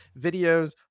videos